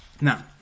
Now